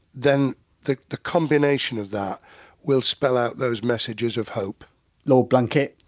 then the the combination of that will spell out those messages of hope lord blunkett,